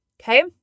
okay